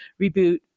Reboot